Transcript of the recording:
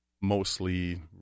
mostly